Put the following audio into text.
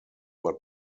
but